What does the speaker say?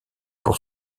pour